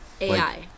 AI